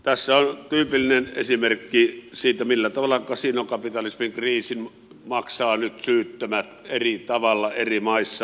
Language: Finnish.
tässä on tyypillinen esimerkki siitä millä tavalla kasinokapitalismin kriisin maksavat nyt syyttömät eri tavalla eri maissa